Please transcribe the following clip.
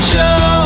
Show